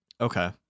Okay